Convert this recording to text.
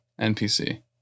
NPC